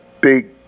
big